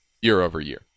year-over-year